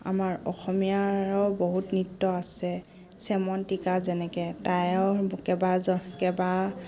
আমাৰ অসমীয়াৰো বহুত নৃত্য আছে চেমন্তিকা যেনেকে তাই কেবা কেবা